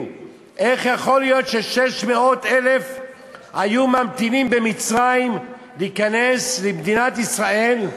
איך יכול להיות ש-600,000 היו ממתינים במצרים להיכנס למדינת ישראל,